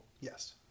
Yes